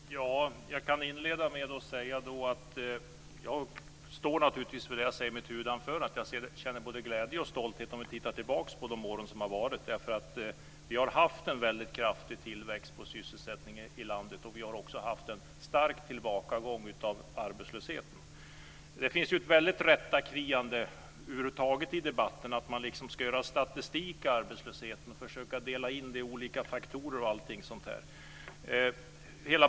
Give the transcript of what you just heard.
Fru talman! Jag kan inleda med att säga att jag naturligtvis står för det som jag sade i mitt huvudanförande, att jag känner både glädje och stolthet om vi tittar tillbaka på de år som har varit. Vi har haft en väldigt kraftig tillväxt av sysselsättningen i landet. Vi har också haft en starkt tillbakagång av arbetslösheten. Det finns ju över huvud taget ett väldigt kriarättande i debatten. Man ska liksom göra statistik av arbetslösheten, försöka dela in den i olika faktorer och allt sådant.